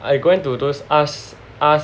I going to do th~ ask ask